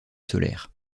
solaire